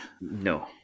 No